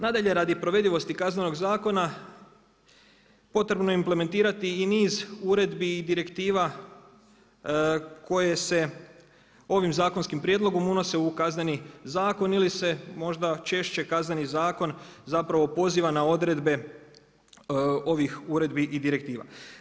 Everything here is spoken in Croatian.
Nadalje, radi provedivosti Kaznenog zakona potrebno je implementirati i niz uredbi i direktiva koje se ovim zakonskim prijedlogom unose u kazneni zakon ili se možda češće Kazneni zakona zapravo poziva na odredbe ovih uredbi i direktiva.